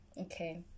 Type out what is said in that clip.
okay